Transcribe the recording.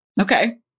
Okay